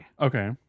Okay